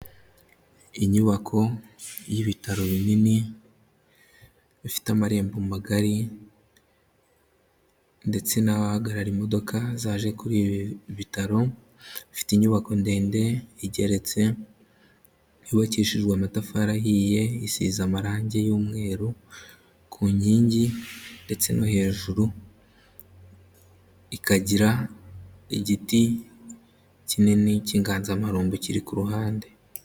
Inyubako y'ibitaro binini, bifite amarembo magari, ndetse n'ahahagarara imodoka zaje kuri ibi bitaro, bifite inyubako ndende igeretse, yubakishijwe amatafari ahiye, isize amarangi y'umweru ku nkingi ndetse no hejuru, ikagira igiti kinini cy'inganzamarumbo kiri ku ruhande.